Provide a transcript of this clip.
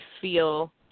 feel